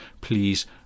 please